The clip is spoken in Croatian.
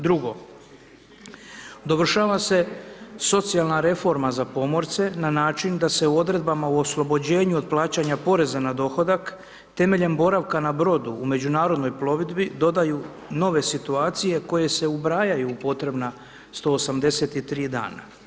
Drugo, dovršava se socijalna reforma za pomorce na način da se u odredbama u oslobođenju od plaćanja poreza na dohodak temeljem boravka na brodu u međunarodnoj plovidbi dodaju nove situacije koje se ubrajaju u potrebna 183 dana.